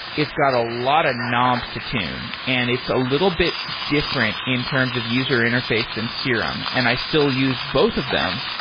it's got a lot of knobs to tune and it's a little bit different in terms of user interface than serum, and i still use both of them.